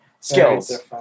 skills